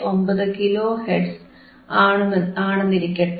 59 kilohertz ആണെന്നുമിരിക്കട്ടെ